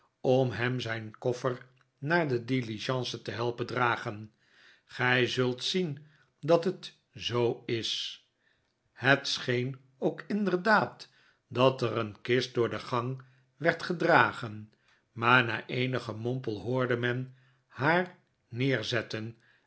om hem zijn koffer naar de diligence te helpen dragen gij zult zien dat het zoo is het scheen ook inderdaad dat er een kist door de gang werd gedragen maar na eenig gemompel hoorde men haar neerzetten